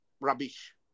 rubbish